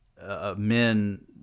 Men